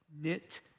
knit